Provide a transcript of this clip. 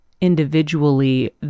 individually